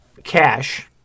Cash